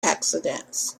accidents